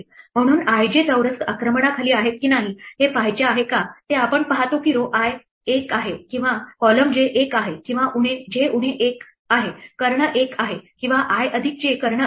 म्हणून ij चौरस आक्रमणाखाली आहेत की नाही हे पाहायचे आहे का ते आम्ही पाहतो की ती row i एक आहे किंवा column j 1 आहे किंवा j उणे 1 आहे कर्ण 1 आहे किंवा i अधिक j कर्ण 1 आहे